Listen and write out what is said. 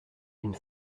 une